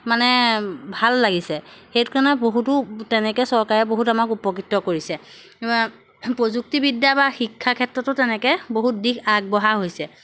মানে ভাল লাগিছে সেইটো কাৰণে বহুতো তেনেকৈ চৰকাৰে বহুত আমাক উপকৃত কৰিছে প্ৰযুক্তিবিদ্যা বা শিক্ষাৰ ক্ষেত্ৰতো তেনেকৈ বহুত দিশ আগবঢ়া হৈছে